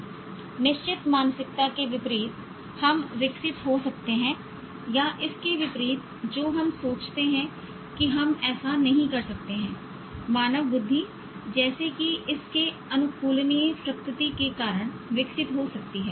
निश्चित मानसिकता के विपरीत हम विकसित हो सकते हैं या इसके विपरीत जो हम सोचते हैं कि हम ऐसा नहीं कर सकते हैं मानव बुद्धि जैसे कि इसके अनुकूलनीय प्रकृति के कारण विकसित हो सकती है